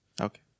Okay